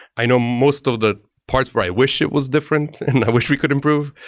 i know most of the parts where i wish it was different and i wish we could improve,